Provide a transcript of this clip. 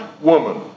woman